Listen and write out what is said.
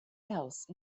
else